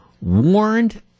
warned